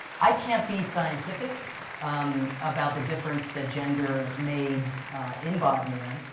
i can't be scientific um about the difference that gender made in bosnia.